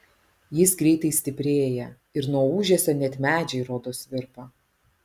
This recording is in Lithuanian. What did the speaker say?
jis greitai stiprėja ir nuo ūžesio net medžiai rodos virpa